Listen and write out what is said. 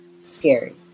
scary